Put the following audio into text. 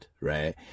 right